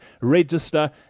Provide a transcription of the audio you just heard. register